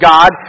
God